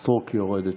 חברת הכנסת סטרוק יורדת.